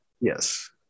Yes